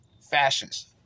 fascists